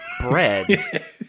bread